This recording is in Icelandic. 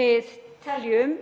við teljum